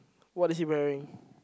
what did he wearing